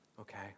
Okay